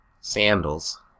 Sandals